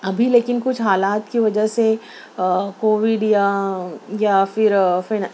ابھی لیکن کچھ حالات کی وجہ سے کووڈ یا یا پھر پھر